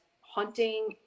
hunting